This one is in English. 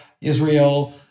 Israel